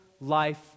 life